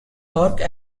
torque